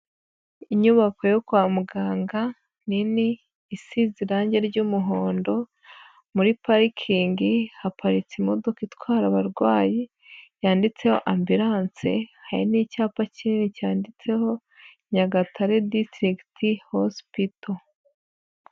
Inyubako yo kwa muganga nini isize irangi ry'umuhondo, muri parikingi haparitse imodoka itwara abarwayi yanditseho ambulance, hari n'icyapa kinini cyanditseho Nyagatare District Hospital.